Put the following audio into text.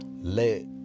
let